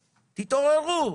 תתעוררו.